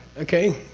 okay?